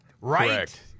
Right